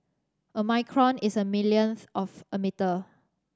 a micron is a millionth of a metre